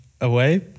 away